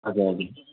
हजुर हजुर